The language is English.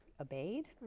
obeyed